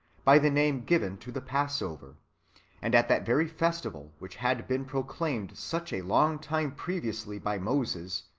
by the name given to the passover and at that very festival, which had been proclaimed such a long time previously by moses,